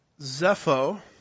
Zepho